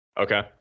Okay